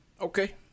Okay